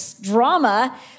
drama